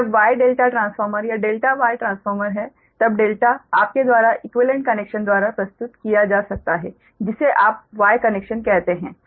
कि जब Y ∆ transformer या ∆ Y ट्रांसफोर्मर है तब ∆ आपके द्वारा इक्वीवेलेंट कनेक्शन द्वारा प्रस्तुत किया जा सकता है जिसे आप Y कनेक्शन कहते हैं